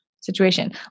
situation